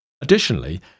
Additionally